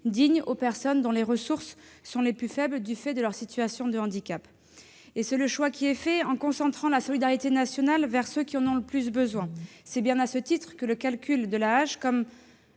dignes aux personnes dont les ressources sont les plus faibles du fait de leur situation de handicap. Le choix qui est fait est de concentrer la solidarité nationale sur ceux qui en ont le plus besoin. C'est pourquoi le calcul de l'AAH, comme